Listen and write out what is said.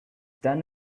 done